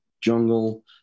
jungle